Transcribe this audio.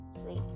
sleep